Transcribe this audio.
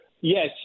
Yes